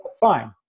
Fine